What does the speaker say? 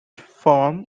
form